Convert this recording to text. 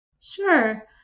sure